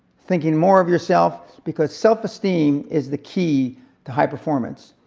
thinking more of yourself. because self-esteem is the key to high performance.